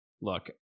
Look